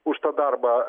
už tą darbą